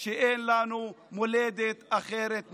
אין לנו מולדת אחרת מלבדה.